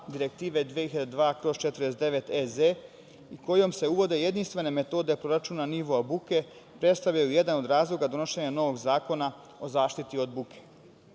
Direktive 2002/49/EZ i kojom se uvode jedinstvene metode proračuna nivoa buke predstavljaju jedan od razloga donošenja novog zakona o zaštiti od buke. Važno